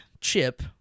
chip